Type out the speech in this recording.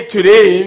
Today